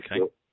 okay